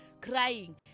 crying